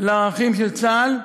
לערכים של צה"ל,